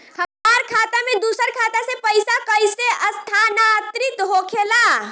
हमार खाता में दूसर खाता से पइसा कइसे स्थानांतरित होखे ला?